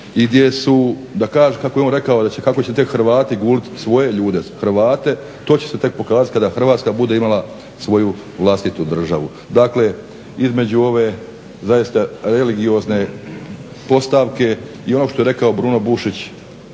i gdje su kako je on rekao kako će tek Hrvati guliti svoje ljude Hrvate to će se tek pokazati kada Hrvatska bude imala svoju vlastitu državu. Dakle, između ove zaista religiozne postavke i ono što je rekao Bruno Bušić